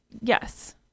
yes